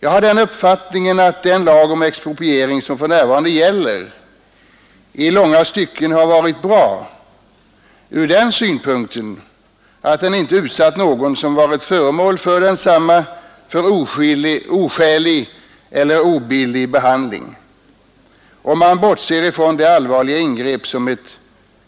Jag har den uppfattningen att den lag om expropriering som för närvarande gäller i långa stycken varit bra ur den synpunkten att den inte utsatt någon för oskälig eller obillig behandling, om man bortser från det allvarliga ingrepp som ett